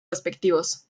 respectivos